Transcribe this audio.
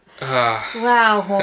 Wow